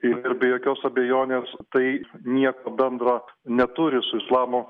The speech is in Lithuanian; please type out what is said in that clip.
ir be jokios abejonės tai nieko bendro neturi su islamo